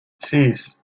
sis